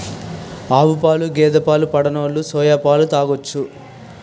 ఆవుపాలు గేదె పాలు పడనోలు సోయా పాలు తాగొచ్చు